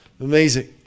amazing